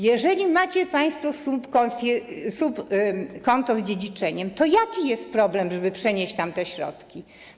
Jeżeli macie państwo subkonto z dziedziczeniem, to jaki jest problem, żeby przenieść tam te środki?